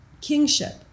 kingship